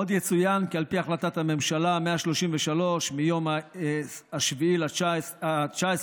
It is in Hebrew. עוד יצוין כי על פי החלטת הממשלה מס' 133 מיום 19 ביולי